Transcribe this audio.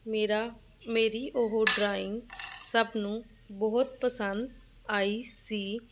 ਮੇਰਾ ਮੇਰੀ ਉਹ ਡਰਾਇੰਗ ਸਭ ਨੂੰ ਬਹੁਤ ਪਸੰਦ ਆਈ ਸੀ